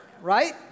Right